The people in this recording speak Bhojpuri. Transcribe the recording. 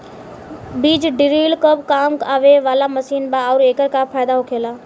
बीज ड्रील कब काम आवे वाला मशीन बा आऊर एकर का फायदा होखेला?